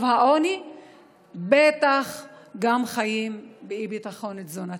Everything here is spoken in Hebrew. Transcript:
העוני בטח חיים גם באי-ביטחון תזונתי.